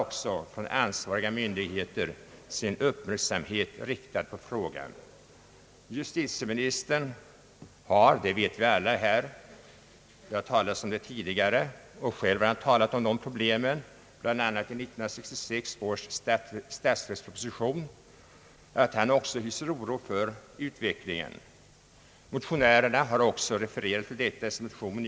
Också de ansvariga myndigheterna har sin uppmärksamhet riktad på frågan. Justitieministern har — det vet vi alla och det har nämnts tidigare här — tagit upp dessa problem i 1966 års statsverksproposition och där sagt att också han hyser oro för utvecklingen. Motionärerna har refererat till det i år.